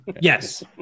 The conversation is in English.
yes